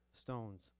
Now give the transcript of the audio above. stones